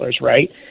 Right